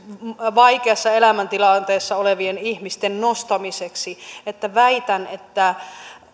vaikeassa elämäntilanteessa olevien ihmisten nostamiseksi että väitän että